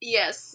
Yes